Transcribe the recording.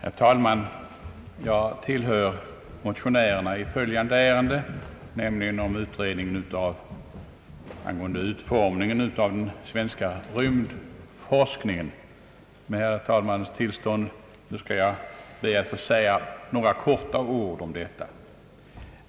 Herr talman! Jag tillhör motionärerna i följande ärende, nämligen om utredning angående utformningen av den svenska rymdforskningen, och med herr talmannens tillstånd skall jag be att helt kortfattat få säga några ord om detta.